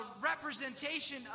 representation